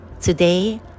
Today